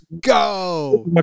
go